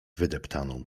wydeptaną